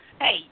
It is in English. Hey